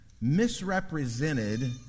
misrepresented